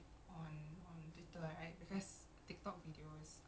macam how did you discover that app do you remember